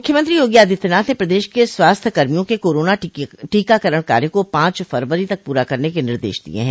मुख्यमंत्री योगी आदित्यनाथ ने प्रदेश के स्वास्थ्य कर्मियों के कोरोना टीकाकरण कार्य को पांच फरवरी तक पूरा करने के निर्देश दिये हैं